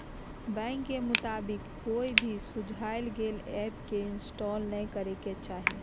bank के मुताबिक, कोई भी सुझाल गेल ऐप के इंस्टॉल नै करे के चाही